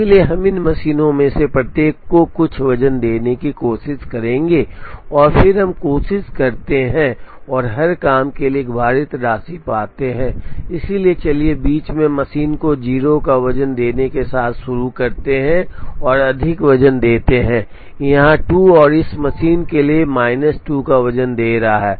इसलिए हम इन मशीनों में से प्रत्येक को कुछ वज़न देने की कोशिश करेंगे और फिर हम कोशिश करते हैं और हर काम के लिए एक भारित राशि पाते हैं इसलिए चलिए बीच में मशीन को 0 का वजन देने के साथ शुरू करते हैं और अधिक वजन देते हैं यहां 2 और इस मशीन के लिए माइनस 2 का वजन दे रहा है